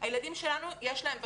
הילדים שלנו, יש להם בגרויות.